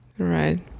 Right